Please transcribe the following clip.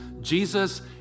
Jesus